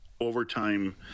overtime